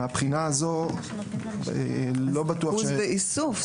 מבחינה זו לא בטוח ש- -- ריכוז ואיסוף,